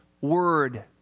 word